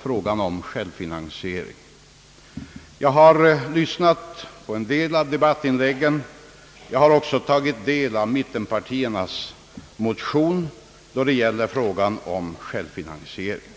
frågan om självfinansieringen. Jag har lyssnat på en del av debattinläggen; jag har också tagit del av mittenpartiernas motion då det gäller frågan om självfinansiering.